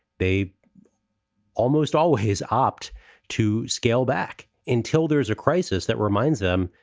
they almost always opt to scale back until there is a crisis that reminds them.